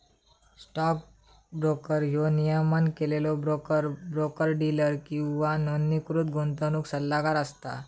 stock broker ह्यो नियमन केलेलो ब्रोकर, ब्रोकर डीलर किंवा नोंदणीकृत गुंतवणूक सल्लागार असता